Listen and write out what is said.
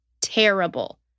Terrible